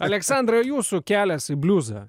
aleksandrai o jūsų kelias į bliuzą